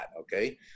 okay